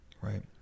right